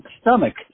stomach